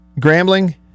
Grambling